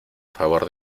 favor